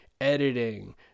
editing